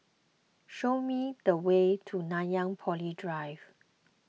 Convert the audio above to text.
show me the way to Nanyang Poly Drive